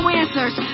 answers